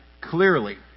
clearly